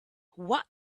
what